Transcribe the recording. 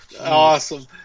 awesome